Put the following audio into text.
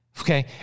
Okay